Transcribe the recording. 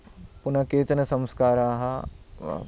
पुन केचन संस्काराः